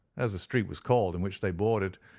as the street was called in which they boarded,